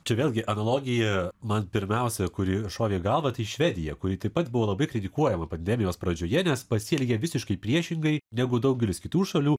čia vėlgi analogija man pirmiausia kuri šovė į galvą tai švedija kuri taip pat buvo labai kritikuojama pandemijos pradžioje nes pasielgė visiškai priešingai negu daugelis kitų šalių